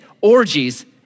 orgies